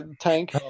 tank